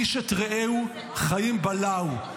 איש את רעהו חיים בלעו.